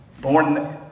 Born